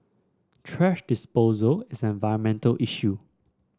thrash disposal is an environmental issue